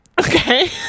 Okay